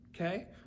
okay